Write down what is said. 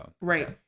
right